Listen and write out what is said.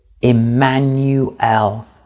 Emmanuel